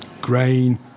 Grain